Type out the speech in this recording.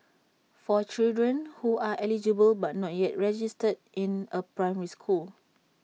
for children who are eligible but not yet registered in A primary school